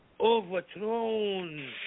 overthrown